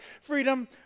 Freedom